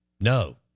No